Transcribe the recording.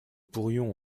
pourrions